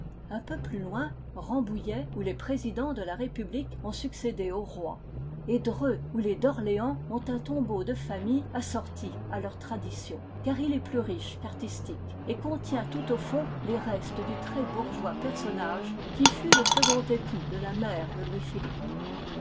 un peu plus loin rambouillet où les présidents de la république ont succédé aux rois et dreux où les d'orléans ont un tombeau de famille assorti à leurs traditions car il est plus riche qu'artistique et contient tout au fond les restes du très bourgeois personnage qui fut le second époux de la mère de louis-philippe